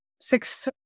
six